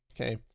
okay